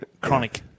chronic